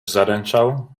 zaręczał